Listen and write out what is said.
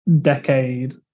decade